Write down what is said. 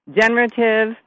generative